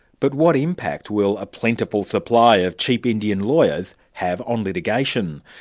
but what impact will a plentiful supply of cheap indian lawyers have on litigation?